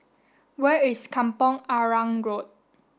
where is Kampong Arang Road